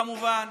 כמובן,